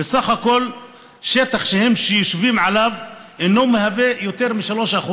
וסך כל השטח שהם יושבים עליו אינו יותר מ-3%,